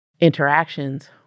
interactions